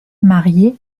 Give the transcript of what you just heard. marié